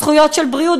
זכויות של בריאות,